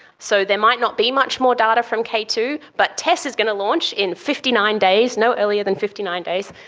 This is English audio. so there might not be much more data from k two, but tess is going to launch in fifty nine days, no earlier than fifty nine days,